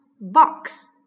Box